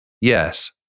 Yes